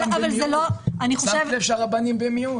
אבל אני חושבת --- שמת לב שהרבנים שם במיעוט?